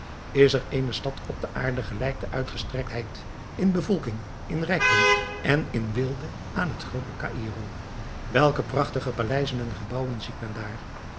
is er eene stad op de aarde gelijk in uitgestrektheid in bevolking in rijkdom en in weelde aan het groote caïro welke prachtige paleizen en gebouwen ziet men daar